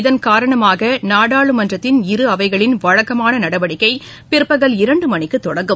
இதன் காரணமாக நாடாளுமன்றத்தின் இரு அவைகளின் வழக்கமான நடவடிக்கை பிற்பகல் இரண்டு மணிக்கு தொடங்கும்